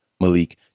Malik